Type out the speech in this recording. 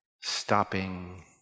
stopping